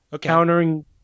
Countering